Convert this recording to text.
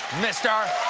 mr,